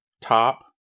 top